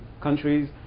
countries